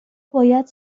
باید